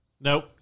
Nope